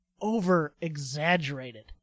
over-exaggerated